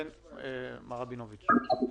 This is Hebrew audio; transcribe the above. מר רבינוביץ, בבקשה.